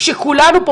שכולנו פה